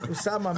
הבנתי, אוסאמה.